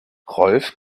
rolf